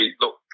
look